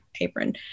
apron